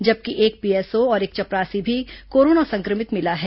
जबकि एक पीएसओ और एक चपरासी भी कोरोना संक्रमित मिला है